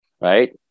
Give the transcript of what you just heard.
right